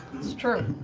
it's true,